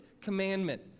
commandment